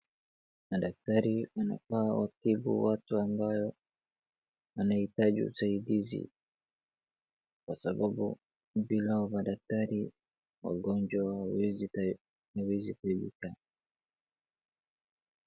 Madaaktari wanafaa watibu watu ambao wanahitaji usaidizi, kwa sababu bila hao madaktari wagonjwa hawawezi tibika.